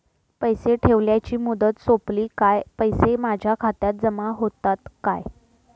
पैसे ठेवल्याची मुदत सोपली काय पैसे माझ्या खात्यात जमा होतात काय?